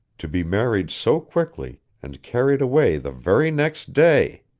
to be married so quickly, and carried away the very next day.